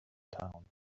town